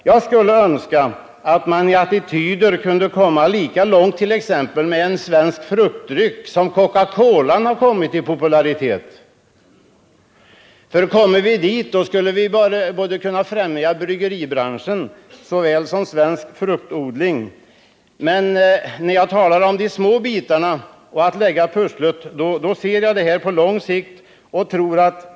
Jag skulle önska att man i fråga om popularitet kunde komma lika långt med en svensk fruktdryck som med Coca-Cola. Kom vi dithän, skulle vi kunna främja såväl bryggeribranschen som svensk fruktodling. När jag talar om små bitar och att lägga pussel, ser jag detta på lång sikt.